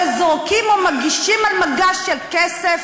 וזורקים או מגישים על מגש של כסף